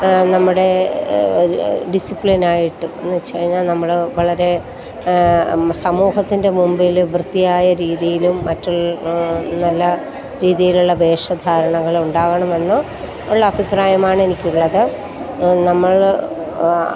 നമ്മുടെ ഒരു ഡിസിപ്ലിനായിട്ട് എന്നുവെച്ചുകഴിഞ്ഞാൽ നമ്മൾ വളരെ സമൂഹത്തിൻ്റെ മുമ്പിൽ വൃത്തിയായ രീതിയിലും മറ്റുളള നല്ല രീതീയിലുള്ള വേഷധാരണങ്ങളുണ്ടാവണമെന്ന് ഉള്ള അഭിപ്രാ യമാണ് എനിക്കുള്ളത് നമ്മൾ